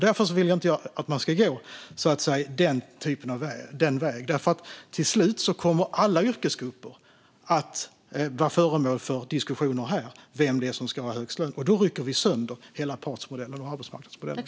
Därför vill inte jag att man ska gå den vägen, för till slut kommer då alla yrkesgrupper att vara föremål för diskussioner här om vem som ska ha högst lön. Då rycker vi sönder hela parts och arbetsmarknadsmodellen.